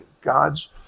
God's